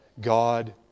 God